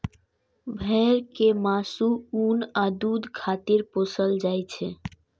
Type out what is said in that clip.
भेड़ कें मासु, ऊन आ दूध खातिर पोसल जाइ छै